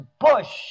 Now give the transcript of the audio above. bush